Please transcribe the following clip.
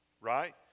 right